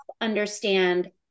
understand